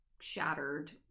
shattered